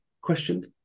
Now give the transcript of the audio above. questioned